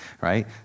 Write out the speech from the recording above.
right